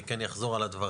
אני כן אחזור על הדברים.